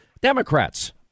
Democrats